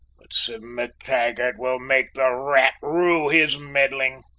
but sim mactaggart will make the rat rue his meddling.